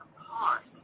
apart